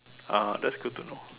ah that's good to know